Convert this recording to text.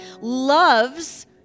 loves